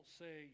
say